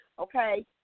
okay